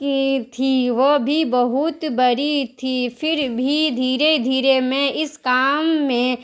کی تھی وہ بھی بہت بڑی تھی پھر بھی دھیرے دھیرے میں اس کام میں